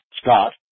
Scott